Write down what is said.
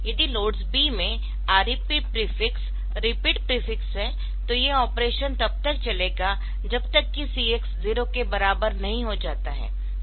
यदि LODS B में REP prefix repeat prefix है तो ये ऑपरेशन तब तक चलेगा जब तक कि CX 0 के बराबर नहीं हो जाता है